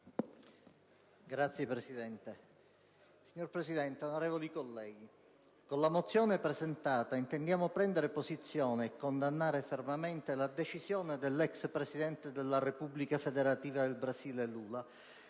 Sud-MRE)*. Signor Presidente, onorevoli colleghi, con la mozione presentata intendiamo prendere posizione e condannare fermamente la decisione dell'allora presidente della Repubblica Federativa del Brasile, Lula,